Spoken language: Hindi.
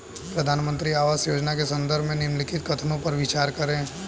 प्रधानमंत्री आवास योजना के संदर्भ में निम्नलिखित कथनों पर विचार करें?